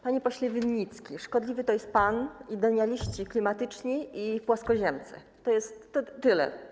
Panie pośle Winnicki, szkodliwy to jest pan i denialiści klimatyczni, i płaskoziemcy, to jest tyle.